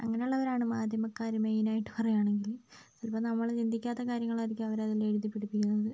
അങ്ങനെ ഉള്ളവരാണ് മാധ്യമക്കാർ മെയിൻ ആയിട്ട് പറയുവാണെങ്കില് ചിലപ്പോൾ നമ്മൾ ചിന്തിക്കാത്ത കാര്യങ്ങളായിരിക്കും അവർ അതില് എഴുതി പിടിപ്പിക്കുന്നത്